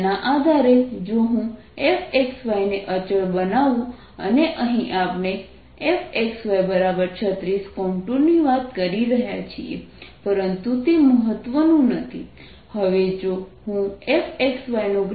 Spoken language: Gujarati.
તેના આધારે જો હું fxy ને અચળ બનાવું અને અહીં આપણે fxy36 કોન્ટૂરની વાત કરી રહ્યા છીએ પરંતુ તે મહત્વનું નથી